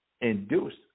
induced